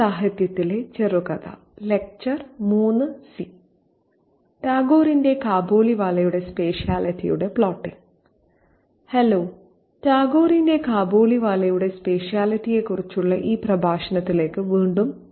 കീവേഡുകൾ കാബൂളിവാല സ്പേഷ്യലിറ്റി ക്രമീകരണം tone hello ടാഗോറിന്റെ കാബൂളിവാലയുടെ സ്പേഷ്യലിറ്റിയെ കുറിച്ചുള്ള ഈ പ്രഭാഷണത്തിലേക്ക് വീണ്ടും സ്വാഗതം